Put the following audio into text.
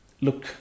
look